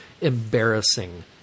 embarrassing